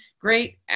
great